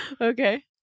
Okay